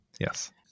Yes